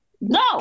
No